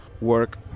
work